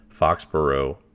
Foxborough